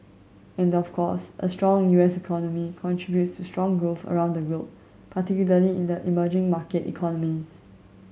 and of course a strong U S economy contributes to strong growth around the globe particularly in the emerging market economies